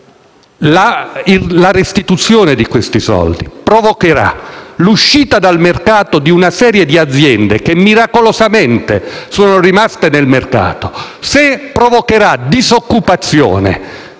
la restituzione di questi soldi provocherà l'uscita dal mercato di una serie di aziende che miracolosamente erano riuscite a rimanervi dentro, se provocherà disoccupazione,